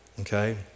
Okay